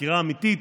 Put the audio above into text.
חקירה אמיתית,